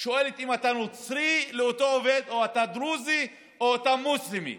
שואלת את אותו עובד: אתה נוצרי או אם אתה דרוזי או אם אתה מוסלמי,